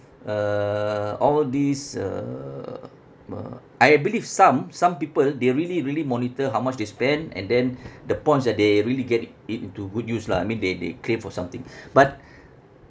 uh all these uh me~ I believe some some people they really really monitor how much they spend and then the points that they really get it it into good use lah I mean they they claim for something but